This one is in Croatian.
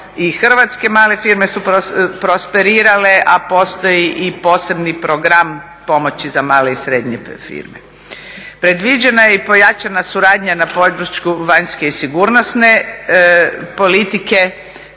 hrvatske male firme su prosperirale, a postoji i posebni program pomoći za male i srednje firme. Predviđena je i pojačana suradnja na području vanjske i sigurnosne politike,